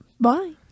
Bye